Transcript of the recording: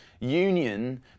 union